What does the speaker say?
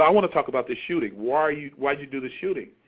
um want to talk about this shooting, why'd you why'd you do this shooting?